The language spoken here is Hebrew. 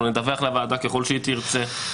אנחנו נדווח לוועדה ככל שהיא תרצה.